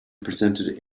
presented